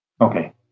Okay